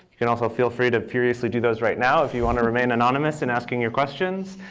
you can also feel free to furiously do those right now, if you want to remain anonymous in asking your questions.